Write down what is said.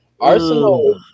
Arsenal